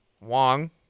wong